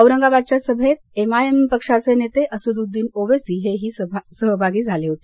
औरंगाबादच्या सभेत M I M पक्षाचे नेते असदुद्दिन ओवैसी हे ही सहभागी झाले होते